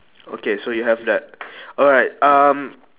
okay so you have that alright um